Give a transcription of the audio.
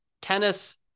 tennis